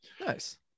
Nice